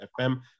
FM